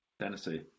Tennessee